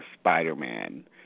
Spider-Man